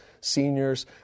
seniors